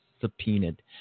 subpoenaed